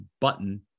button